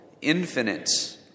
infinite